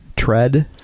Tread